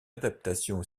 adaptation